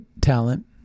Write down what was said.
talent